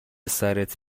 سرت